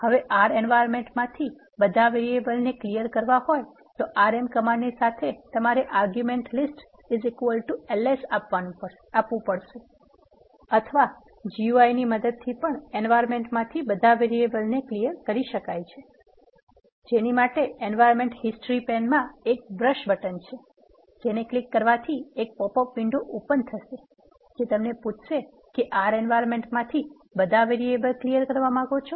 હવે R environment માંથી બધા વેરિએબલ ને સાફ કરવા હોય તો rm કમાન્ડની સાથે તમારે આર્ગુમેન્ટ લિસ્ટ 1s આપવુ પડશે અથવા GUI ની મદદથી પણ environment માંથી બધા વેરિએબલ ને સાફ કરી શકાય છે જેની માટે environment history pane મા એક brush બટન છે જેને ક્લિક કરવાથી એક પોપ અપ વિન્ડો ઓપન થશે જે તમને પુછશે કે R environment માંથી બધા વેરિએબલ સાફ કરવા માગો છો